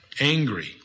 angry